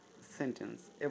sentence